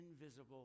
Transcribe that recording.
invisible